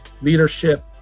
leadership